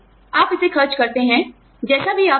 आप इसे खर्च करते हैं जैसे भी आप चाहते हैं